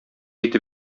итеп